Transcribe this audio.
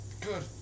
Good